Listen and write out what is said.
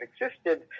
existed